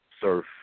Surf